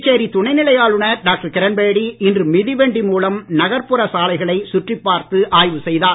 புதுச்சேரி துணைநிலை ஆளுநர் டாக்டர் கிரண் பேடி இன்று மிதிவண்டி மூலம் நகர்ப்புற சாலைகளை சுற்றிப் பார்த்து ஆய்வு செய்தார்